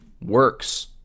works